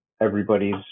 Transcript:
everybody's